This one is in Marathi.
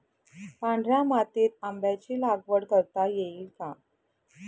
पांढऱ्या मातीत आंब्याची लागवड करता येईल का?